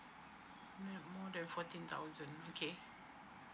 not more than fourteen thousand okay